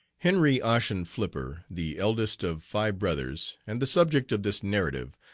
henry ossian flipper, the eldest of five brothers, and the subject of this narrative,